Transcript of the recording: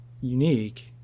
unique